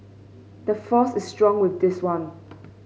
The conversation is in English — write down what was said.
the force is strong with this one